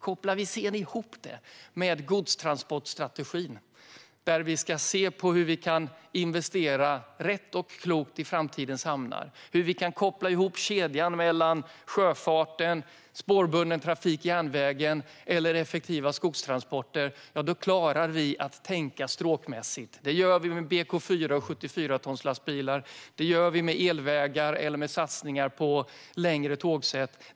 Kopplar vi sedan ihop detta med godstransportstrategin, där vi ska se på hur vi kan investera rätt och klokt i framtidens hamnar, hur vi kan koppla ihop kedjan mellan sjöfart, spårbunden trafik - järnvägen - och effektiva skogstransporter, klarar vi att tänka stråkmässigt. Det gör vi med BK4-lastbilar och 74-tonslastbilar liksom med elvägar och satsningar på längre tågsätt.